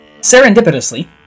Serendipitously